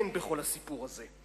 אין בכל הסיפור הזה.